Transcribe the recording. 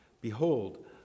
Behold